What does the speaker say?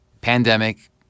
pandemic